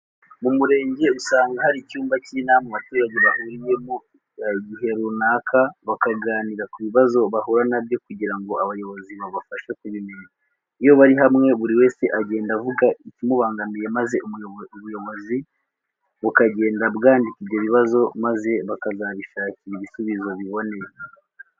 Mu murenge usanga hari icyumba cy'inama abaturage bahuriramo ighe runaka bakaganira ku bibazo bahura na byo kugira ngo abayobozi babafashe kubikemura. Iyo bari hamwe buri wese agenda avuga ikimubangamiye maze ubuyobozi bukagenda bwandika ibyo bibazo maze bakazabishakira ibisubizo biboneye.